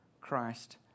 Christ